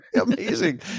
Amazing